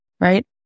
right